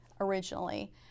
originally